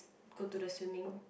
go to the swimming